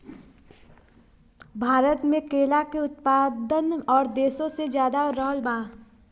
भारत मे केला के उत्पादन और देशो से ज्यादा रहल बा